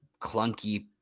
clunky